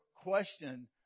question